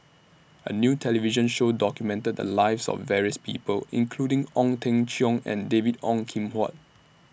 A New television Show documented The Lives of various People including Ong Teng Cheong and David Ong Kim Huat